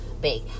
big